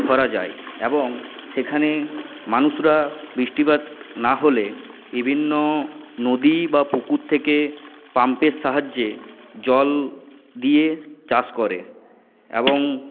খরা যায় এবং সেখানে মানুষরা বৃষ্টিপাত না হলে বিভিন্ন নদী বা পুকুর থেকে পাম্পের সাহায্যে জল দিয়ে চাষ করে এবং